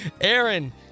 Aaron